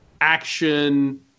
action